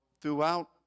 throughout